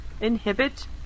inhibit